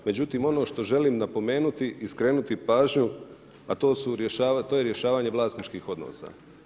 Međutim, ono što želim napomenuti i skrenuti pažnju a to je rješavanja vlasničkih odnosa.